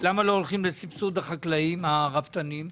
למה הולכים על סבסוד החקלאים והרפתנים?